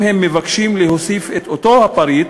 אם הם מבקשים להוסיף את אותו הפריט,